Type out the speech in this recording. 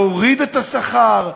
להוריד את השכר,